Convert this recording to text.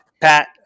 Pat